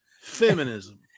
feminism